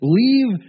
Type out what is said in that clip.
leave